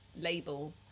label